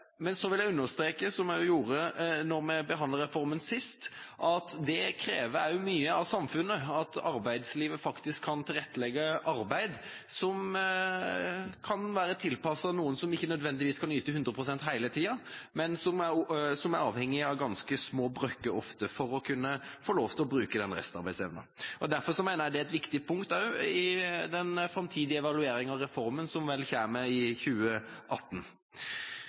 Men så vil jeg understreke, som jeg også gjorde da vi behandlet reformen sist, at det også krever mye av samfunnet, at arbeidslivet faktisk kan tilrettelegge arbeid som kan være tilpasset noen som ikke nødvendigvis kan yte 100 pst. hele tida, men som ofte er avhengige av ganske små brøker for å kunne få lov til å bruke den restarbeidsevnen. Derfor mener jeg det også er et viktig punkt i den framtidige evalueringa av reformen som vel kommer i 2018.